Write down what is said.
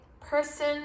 person